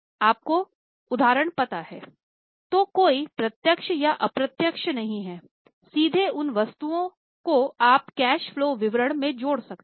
आपको उदाहरण पता हैतो कोई प्रत्यक्ष या अप्रत्यक्ष नहीं हैं सीधे उन वस्तुओं को आप कैश फलो विवरण में जोड़ सकते हैं